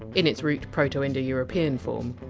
in its root proto-indo-european form!